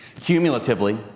Cumulatively